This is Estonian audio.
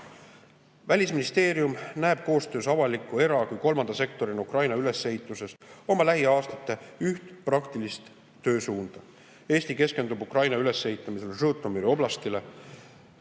lõimimisega. Välisministeerium näeb koostöös avaliku, era‑ ja kolmanda sektoriga Ukraina ülesehituses oma lähiaastate üht praktilist töösuunda. Eesti keskendub Ukraina ülesehitamisel Žõtomõri oblastile.